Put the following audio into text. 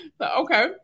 Okay